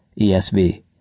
ESV